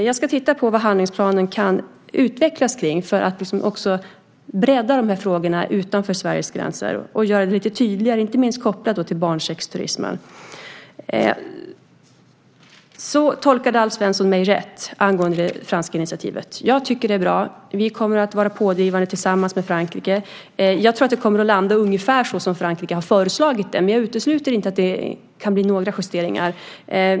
Jag ska titta på vad handlingsplanen kan utvecklas kring för att frågorna ska breddas utanför Sveriges gränser och göra detta lite tydligare, inte minst kopplat till barnsexturismen. Alf Svensson tolkade mig rätt angående det franska initiativet. Jag tycker att det är bra. Vi kommer att vara pådrivande tillsammans med Frankrike. Jag tror att det kommer att landa ungefär på det sätt som Frankrike har föreslagit. Men jag utesluter inte att det kan bli några justeringar.